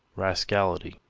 rascality,